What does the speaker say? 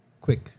quick